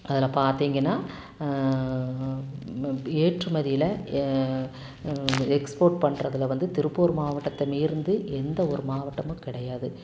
அதில் பார்த்தீங்கன்னா ஏற்றுமதியில் எக்ஸ்போர்ட் பண்றதில் வந்து திருப்பூர் மாவட்டத்தை மீறினது எந்த ஒரு மாவட்டமும் கிடையாது